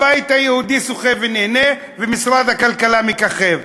הבית היהודי שוחה ונהנה, ומשרד הכלכלה מככב.